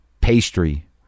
pastry